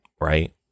right